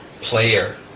player